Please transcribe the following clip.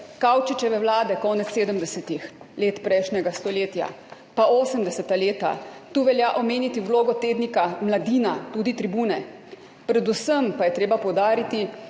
Kavčičeve vlade konec 70. let prejšnjega stoletja, pa 80. leta. Tu velja omeniti vlogo tednika Mladina, tudi Tribune, predvsem pa je treba poudariti